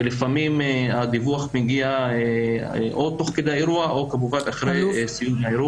ולפעמים הדיווח מגיע או תוך כדי האירוע או כמובן אחרי סיום האירוע.